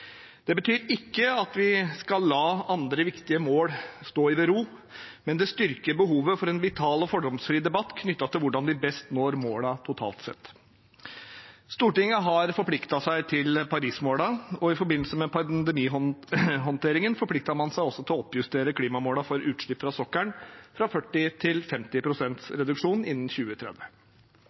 Det betyr ikke at vi skal la andre viktige mål stå i bero, men det styrker behovet for en vital og fordomsfri debatt knyttet til hvordan vi best når målene totalt sett. Stortinget har forpliktet seg til Paris-målene, og i forbindelse med pandemihåndteringen forpliktet man seg også til å oppjustere klimamålene for utslipp fra sokkelen fra 40 til 50 pst. reduksjon innen 2030